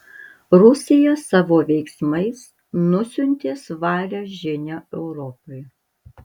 rusija savo veiksmais nusiuntė svarią žinią europai